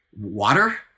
water